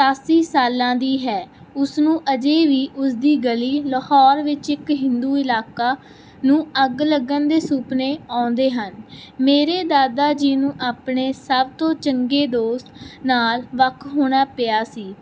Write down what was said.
ਸਤਾਸੀ ਸਾਲਾਂ ਦੀ ਹੈ ਉਸਨੂੰ ਅਜੇ ਵੀ ਉਸਦੀ ਗਲੀ ਲਾਹੌਰ ਵਿੱਚ ਇੱਕ ਹਿੰਦੂ ਇਲਾਕੇ ਨੂੰ ਅੱਗ ਲੱਗਣ ਦੇ ਸੁਪਨੇ ਆਉਂਦੇ ਹਨ ਮੇਰੇ ਦਾਦਾ ਜੀ ਨੂੰ ਆਪਣੇ ਸਭ ਤੋਂ ਚੰਗੇ ਦੋਸਤ ਨਾਲ ਵੱਖ ਹੋਣਾ ਪਿਆ ਸੀ